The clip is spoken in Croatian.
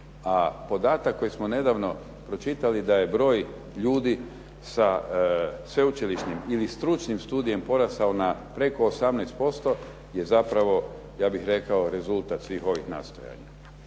A podatak koji smo nedavno pročitali da je broj ljudi sa sveučilišnim ili stručnim studijem porastao na preko 18% je zapravo ja bih rekao rezultat svih ovih nastojanja.